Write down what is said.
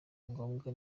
ngombwa